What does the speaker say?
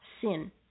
sin